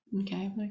Okay